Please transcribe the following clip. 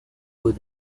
aux